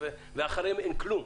ושמאחוריהן אין כלום.